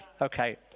Okay